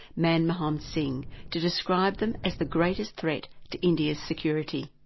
manmohan singh to describe them as the greatest threat to india's security.